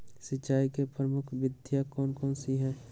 सिंचाई की प्रमुख विधियां कौन कौन सी है?